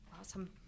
Awesome